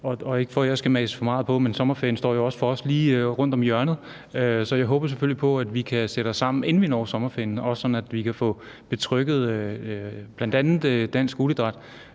er ikke, for at jeg skal mase for meget på, men sommerferien er jo lige rundt om hjørnet, så jeg håber selvfølgelig på, at vi kan sætte os sammen, inden vi når sommerferien, også sådan at vi kan få betrygget bl.a. Dansk Skoleidræt,